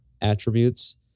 attributes